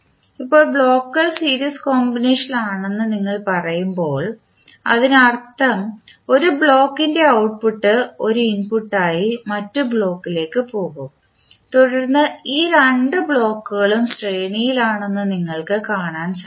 ഇപ്പോൾ ബ്ലോക്കുകൾ സീരീസ് കോമ്പിനേഷനിലാണെന്ന് നിങ്ങൾ പറയുമ്പോൾ അതിനർത്ഥം ഒരു ബ്ലോക്കിൻറെ ഔട്ട്പുട്ട് ഒരു ഇൻപുട്ടായി മറ്റ് ബ്ലോക്കിലേക്ക് പോകും തുടർന്ന് ഈ രണ്ട് ബ്ലോക്കുകളും ശ്രേണിയിലാണെന്ന് നിങ്ങൾ കാണാൻ സാധിക്കും